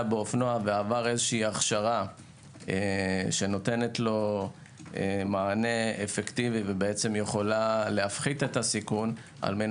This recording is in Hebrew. באופנוע ועבר הכשרה שנותנת לו מענה אפקטיבי ויכולה להפחית את הסיכון כדי